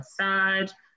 massage